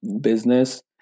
business